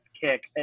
kick